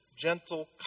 gentle